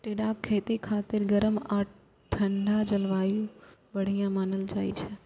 टिंडाक खेती खातिर गरम आ ठंढा जलवायु बढ़िया मानल जाइ छै